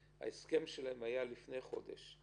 שההסכם שלהם היה לפני חודש.